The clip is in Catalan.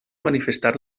manifestar